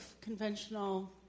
conventional